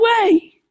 away